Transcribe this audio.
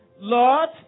Lord